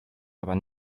aber